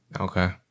Okay